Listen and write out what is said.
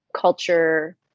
culture